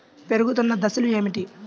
పెరుగుతున్న దశలు ఏమిటి?